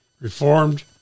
Reformed